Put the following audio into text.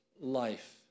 life